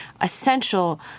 essential